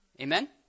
Amen